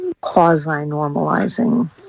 quasi-normalizing